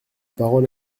parole